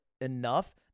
enough